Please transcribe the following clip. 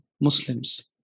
Muslims